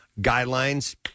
guidelines